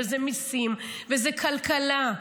וזה מיסים וזה כלכלה,